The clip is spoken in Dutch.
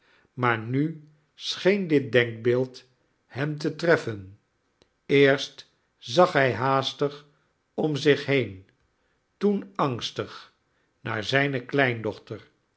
maar nu scheen dit denkbeeld hem te treffen eerst zag hij haastig om zich heen toen angstig naar zijne kleindochter